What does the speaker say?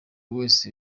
wese